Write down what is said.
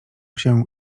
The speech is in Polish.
się